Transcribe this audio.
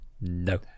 No